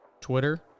Twitter